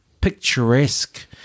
picturesque